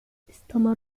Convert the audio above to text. استمر